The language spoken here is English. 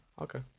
Okay